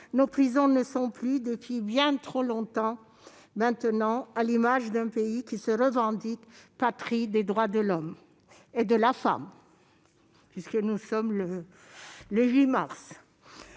nos prisons ne sont plus, depuis bien trop longtemps maintenant, à l'image d'un pays qui se revendique patrie des droits de l'homme ... et de la femme- nous sommes le 8 mars,